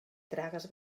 tragues